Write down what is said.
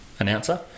Announcer